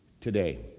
today